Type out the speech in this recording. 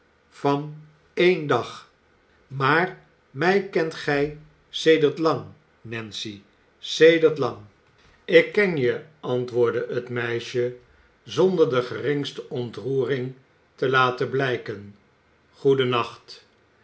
van een dag maar mij kent gij sedert lang nancy sedert lang ik ken je antwoordde het meisje zonder de geringste ontroering te laten blijken